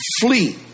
flee